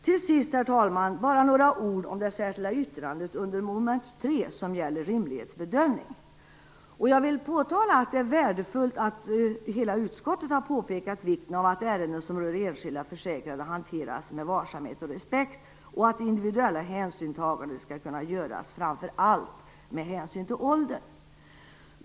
Till sist herr talman, vill jag bara säga några ord om det särskilda yttrandet under mom. 3, som gäller rimlighetsbedömning. Det är värdefullt att hela utskottet påpekat vikten av att ärenden som rör enskilda försäkrade hanteras med varsamhet och respekt, och att individuella hänsynstaganden skall kunna göras, framför allt med hänsyn till åldern.